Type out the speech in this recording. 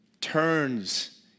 turns